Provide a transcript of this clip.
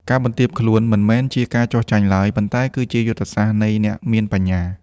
ការបន្ទាបខ្លួន មិនមែនជាការចុះចាញ់ឡើយ ប៉ុន្តែគឺជាយុទ្ធសាស្ត្រនៃអ្នកមានបញ្ញា។